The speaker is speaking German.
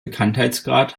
bekanntheitsgrad